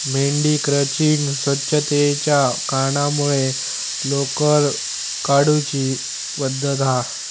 मेंढी क्रचिंग स्वच्छतेच्या कारणांमुळे लोकर काढुची पद्धत हा